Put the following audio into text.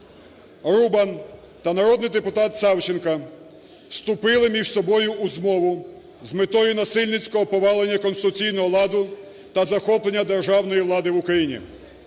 Рубан та народний депутат Савченко вступили між собою у змову з метою насильницького повалення конституційного ладу та захоплення державної влади в Україні.